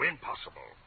Impossible